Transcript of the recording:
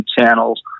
channels